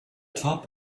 top